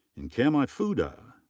nkem ifudu.